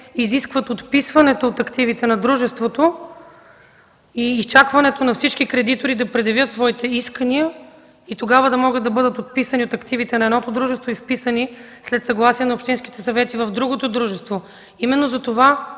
изискват отписването от активите на дружеството, изчакването на всички кредитори да предявят своите искания и тогава да могат да бъдат отписани от активите на едното дружество и вписани, след съгласие на общинските съвети, в другото дружество.